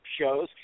shows